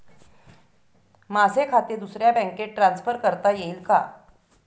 माझे खाते दुसऱ्या बँकेत ट्रान्सफर करता येईल का?